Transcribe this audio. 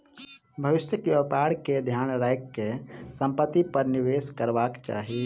भविष्यक व्यापार के ध्यान राइख के संपत्ति पर निवेश करबाक चाही